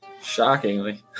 Shockingly